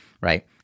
Right